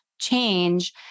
change